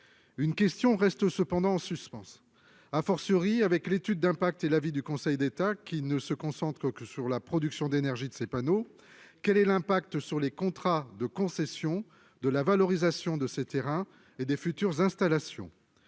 Une question reste cependant en suspens, après l'étude d'impact et l'avis du Conseil d'État, qui ne se concentrent que sur la production d'énergie de ces panneaux. Quel est l'impact sur les contrats de concession de la valorisation de ces terrains et des futures installations ?